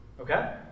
okay